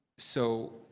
so